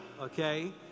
okay